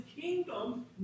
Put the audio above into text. kingdom